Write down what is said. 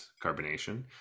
carbonation